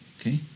Okay